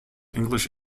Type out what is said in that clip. english